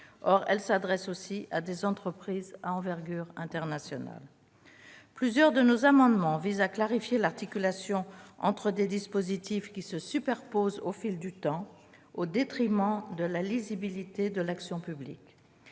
Or celles-ci s'adressent aussi à des entreprises à envergure internationale. Plusieurs de nos amendements visent à clarifier l'articulation entre des dispositifs qui se superposent au fil du temps, au détriment de la lisibilité de l'action publique.